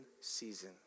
season